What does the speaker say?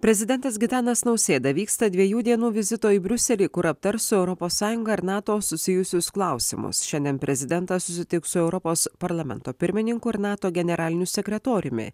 prezidentas gitanas nausėda vyksta dviejų dienų vizito į briuselį kur aptars europos sąjungą ir nato susijusius klausimus šiandien prezidentas susitiks su europos parlamento pirmininku ir nato generaliniu sekretoriumi